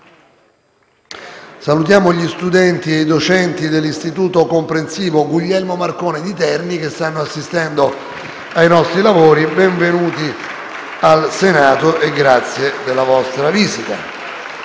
Salutiamo gli studenti e i docenti dell'Istituto comprensivo «Guglielmo Marconi» di Terni, che stanno assistendo ai nostri lavori. Benvenuti al Senato e grazie della vostra visita.